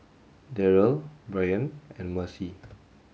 Deryl Bryn and Mercy